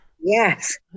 Yes